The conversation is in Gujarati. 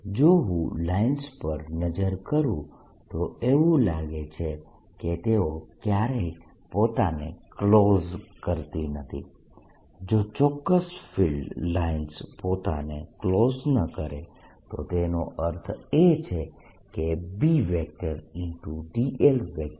જો હું લાઇન્સ પર નજર કરું તો એવું લાગે છે કે તેઓ ક્યારેય પોતાને ક્લોઝ કરતી નથી જો ચોક્કસ ફિલ્ડ લાઇન્સ પોતાને ક્લોઝ ન કરે તો તેનો અર્થ એ છે કે B